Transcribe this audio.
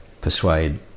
persuade